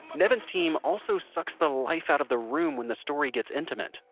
nevin's team also sucks the life out of the room when the story gets intimate,